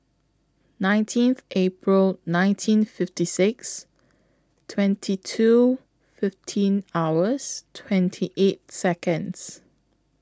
nineteenth April nineteen fifty six twenty two fifteen hours twenty eight Seconds